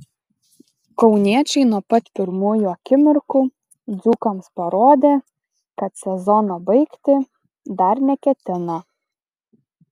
kauniečiai nuo pat pirmųjų akimirkų dzūkams parodė kad sezono baigti dar neketina